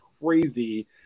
crazy